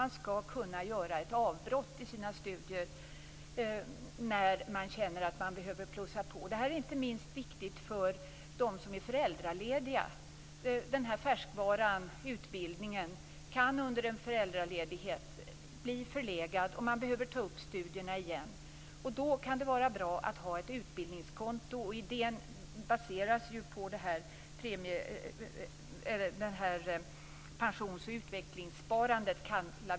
Man skall kunna göra ett avbrott i sina studier när man känner att man behöver plussa på. Detta är inte minst viktigt för dem som är föräldralediga. Färskvaran, dvs. utbildningen, kan ju under en föräldraledighet bli förlegad. Man behöver därför ta upp studierna igen. Då kan det vara bra att ha ett utbildningskonto. Idén baseras på, som vi kallar det, ett pensions och utvecklingssparande.